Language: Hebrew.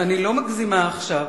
ואני לא מגזימה עכשיו.